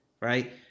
Right